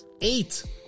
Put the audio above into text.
eight